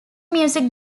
music